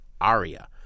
aria